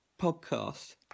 Podcast